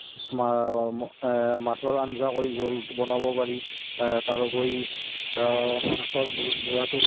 মাছৰ আঞ্জা কৰি জোল বনাব পাৰি তাৰোপৰি মাছৰ মূৰাটোৰে